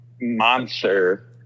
Monster